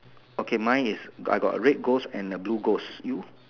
okay mine is I got a red goals and a blue goals you